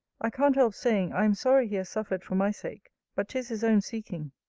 i can't help saying, i am sorry he has suffered for my sake but tis his own seeking.